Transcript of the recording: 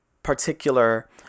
particular